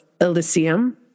Elysium